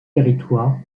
territoire